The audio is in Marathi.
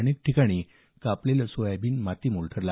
अनेक ठिकाणी कापलेलं सोयाबीन मातीमोल ठरलं